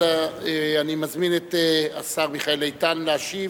אני מזמין את השר מיכאל איתן להשיב